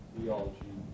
Theology